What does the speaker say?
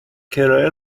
کرایه